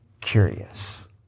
curious